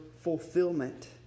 fulfillment